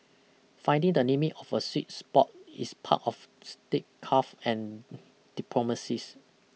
finding the limits of a sweet spot is part of state carve and diplomacies